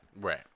Right